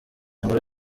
inkuru